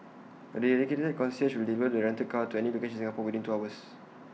A dedicated concierge will deliver the rented car to any location in Singapore within two hours